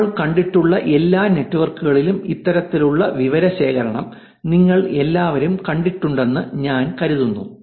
നമ്മൾ കണ്ടിട്ടുള്ള എല്ലാ നെറ്റ്വർക്കുകളിലും ഇത്തരത്തിലുള്ള വിവരശേഖരണം നിങ്ങൾ എല്ലാവരും കണ്ടിട്ടുണ്ടെന്ന് ഞാൻ കരുതുന്നു